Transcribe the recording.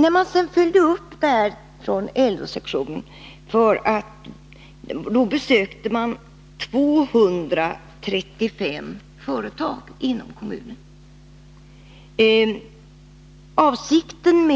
Inom LO-sektionen gjorde man sedan en uppföljning och besökte 235 företag inom kommunen. Avsikten